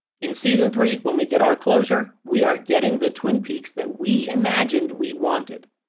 in season three, when we get our closure, we are getting the twin peaks that we imagined we wanted.